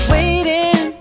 Waiting